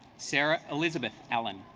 sara elizabeth allen